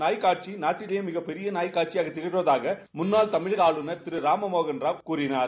இந்த நாய்க் கண்காட்சி நாட்டிலேயே மிகப் பெரிய நாய் கண்காட்சியாக திகழ்வதாகவும் முன்னாள் தமிழக ஆளுநர் ராமமோகன் ராவ் கூறினார்